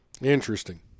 Interesting